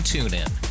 TuneIn